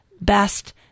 best